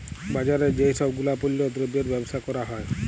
বাজারে যেই সব গুলাপল্য দ্রব্যের বেবসা ক্যরা হ্যয়